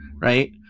Right